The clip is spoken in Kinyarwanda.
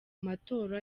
matora